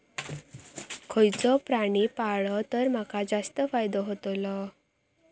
खयचो प्राणी पाळलो तर माका जास्त फायदो होतोलो?